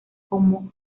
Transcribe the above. como